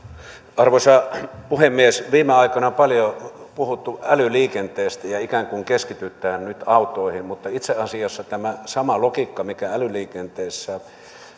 arvoisa puhemies viime aikoina on paljon puhuttu älyliikenteestä ja ikään kuin keskitytään nyt autoihin mutta itse asiassa tämä sama logiikkahan mikä älyliikenteessä